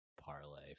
parlay